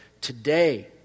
today